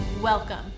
Welcome